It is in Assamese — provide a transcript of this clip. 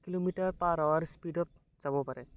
কিলোমিটাৰ পাৰ আৱাৰ স্পিডত যাব পাৰে